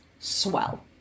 Swell